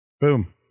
Boom